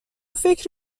فکر